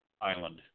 Island